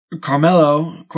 Carmelo